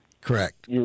Correct